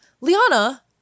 Liana